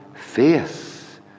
faith